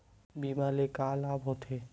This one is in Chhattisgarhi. बीमा ले का लाभ होथे?